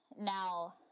Now